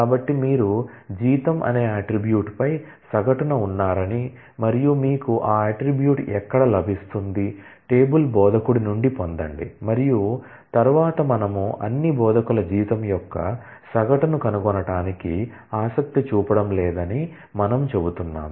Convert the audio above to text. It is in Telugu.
కాబట్టి మీరు జీతం అనే అట్ట్రిబ్యూట్ పై సగటున ఉన్నారని మరియు మీకు ఆ అట్ట్రిబ్యూట్ ఎక్కడ లభిస్తుంది టేబుల్ బోధకుడి నుండి పొందండి మరియు తరువాత మనము అన్ని బోధకుల జీతం యొక్క సగటును కనుగొనటానికి ఆసక్తి చూపడం లేదని మనము చెబుతున్నాము